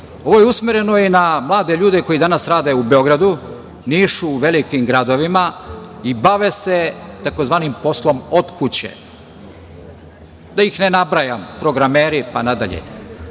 Ovo je usmereno i na mlade ljude koji danas rade u Beogradu, Nišu, u velikim gradovima i bave se tzv. poslom od kuće. Da ih ne nabrajam - programeri, pa nadalje.